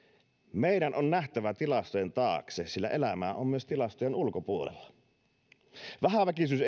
meidän on nähtävä tilastojen taakse sillä elämää on myös tilastojen ulkopuolella vähäväkisyys